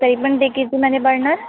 तरी पण ते कितीमध्ये पडणार